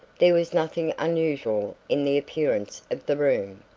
there was nothing unusual in the appearance of the room.